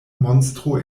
monstro